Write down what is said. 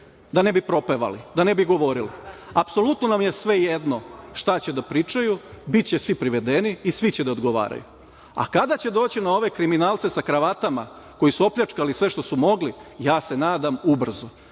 da ne bi propevali, da ne bi govorili. Apsolutno vam je sve jedno šta će da pričaju, biće svi privedeni i svi će da odgovaraju a kada će doći na ove kriminalce sa kravatama koji su opljačkali sve što su mogli ja se nadam ubrzo,